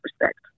respect